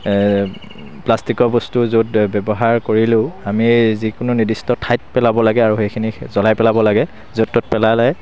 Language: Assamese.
প্লাষ্টিকৰ বস্তু য'ত ব্যৱহাৰ কৰিলেও আমি এই যিকোনো নিৰ্দিষ্ট যি ঠাইত পেলাব লাগে আৰু সেইখিনি জ্ৱলাই পেলাব লাগে য'ত ত'ত পেলালে